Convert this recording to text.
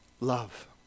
Love